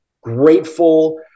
grateful